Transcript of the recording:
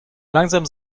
langsam